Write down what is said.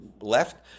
left